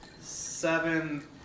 seven